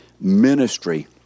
ministry